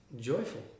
joyful